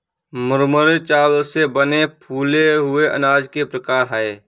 मुरमुरे चावल से बने फूले हुए अनाज के प्रकार है